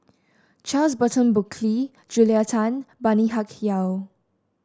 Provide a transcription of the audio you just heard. Charles Burton Buckley Julia Tan Bani Haykal